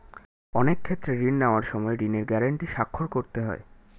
অনেক ক্ষেত্রে ঋণ নেওয়ার সময় ঋণের গ্যারান্টি স্বাক্ষর করতে হয়